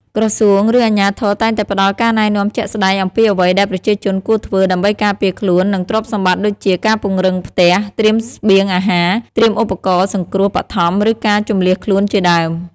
ក្រសួង ឬអាជ្ញាធរតែងតែផ្តល់ការណែនាំជាក់ស្តែងអំពីអ្វីដែលប្រជាជនគួរធ្វើ ដើម្បីការពារខ្លួន និងទ្រព្យសម្បត្តិ ដូចជា ការពង្រឹងផ្ទះ ត្រៀមស្បៀងអាហារ ត្រៀមឧបករណ៍សង្គ្រោះបឋម ឬការជម្លៀសខ្លួនជាដើម។